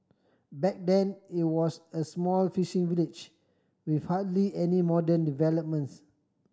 back then it was an small fishing village with hardly any modern developments